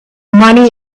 money